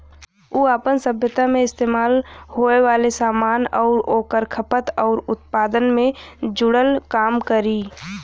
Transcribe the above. उ आपन सभ्यता मे इस्तेमाल होये वाले सामान आउर ओकर खपत आउर उत्पादन से जुड़ल काम करी